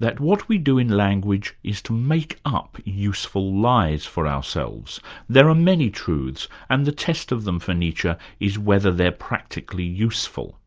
that what we do in language is to make up useful lies for ourselves there are many truths, and the test of them for nietzsche is whether they're practically useful.